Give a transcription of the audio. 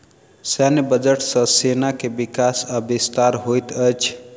सैन्य बजट सॅ सेना के विकास आ विस्तार होइत अछि